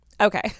Okay